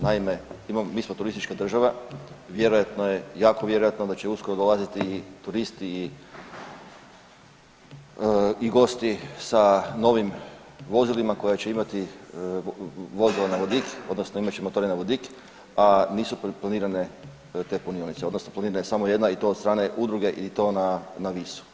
Naime, mi smo turistička država, vjerojatno jako vjerojatno da će uskoro dolaziti turisti i gosti sa novim vozilima koja će imati vozilo na vodik odnosno imat će motore na vodik, a nisu planirane te punionice odnosno planirana je samo jedna i to od strane udruge i to na Visu.